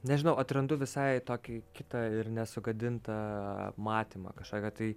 nežinau atrandu visai tokį kitą ir nesugadintą matymą kažkokią tai